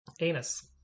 anus